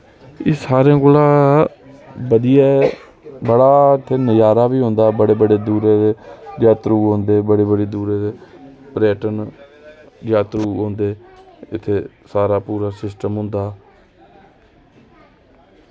एह् सारें कोला बधियै जगह ते नज़ारा बी औंदा बड़े बड़े दूरै दे जात्तरू औंदे बड़े बड़े दूरै दे पर्यटन जात्तरू औंदे इत्थें सारा पूरा सिस्टम होंदा